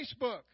Facebook